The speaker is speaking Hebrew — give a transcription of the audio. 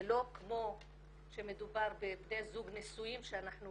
זה לא כמו שמדובר בבני זוג נשואים שאנחנו